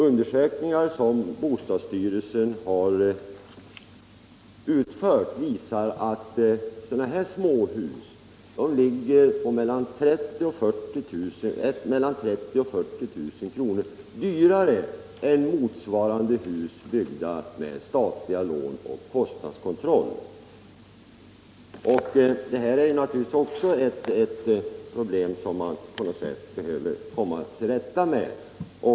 Undersökningar som bostadsstyrelsen har gjort visar att sådana småhus är 30 000 å 40 000 kr. dyrare än motsvarande hus byggda med statliga lån och kostnadskontroll. Detta är naturligtvis ett problem som vi också på något sätt måste försöka komma till rätta med.